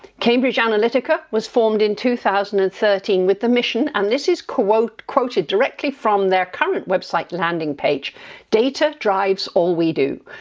cambridge analytica was formed in two thousand and thirteen, with the mission and this is quoted, directly from their current website landing page data drives all we do.